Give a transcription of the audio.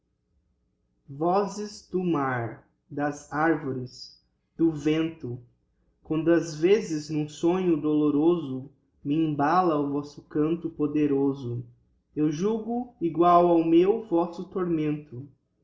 do mar das arvores do vento quando ás vezes n'um sonho doloroso me embala o vosso canto poderoso eu julgo igual ao meu vosso tormento